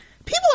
People